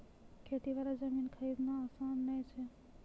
खेती वाला जमीन खरीदना आसान नय छै